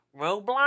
Roblox